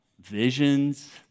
Visions